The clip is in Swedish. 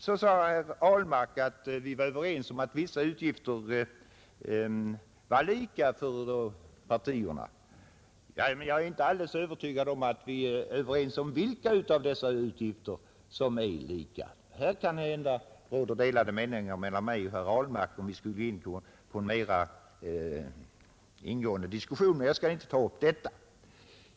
Herr Ahlmark sade att vi var överens om att vissa utgifter var lika stora för alla partierna. Ja, men jag är inte alldeles övertygad om att vi är överens om vilka av dessa utgifter som är lika stora för alla partierna. Här kan det hända att det råder delade meningar mellan mig och herr Ahlmark, om vi skulle gå in på en mera ingående diskussion. Men jag skall inte ta upp detta.